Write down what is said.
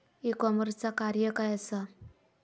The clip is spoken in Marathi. ई कॉमर्सचा कार्य काय असा?